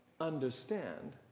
understand